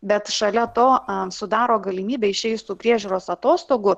bet šalia to a sudaro galimybę išėjus tų priežiūros atostogų